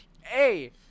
Hey